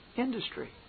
industry